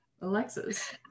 Alexis